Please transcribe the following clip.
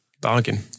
bargain